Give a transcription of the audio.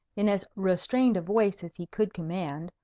in as restrained a voice as he could command,